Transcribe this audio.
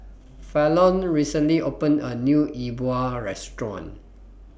Fallon recently opened A New E Bua Restaurant